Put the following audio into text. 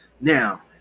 Now